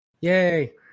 Yay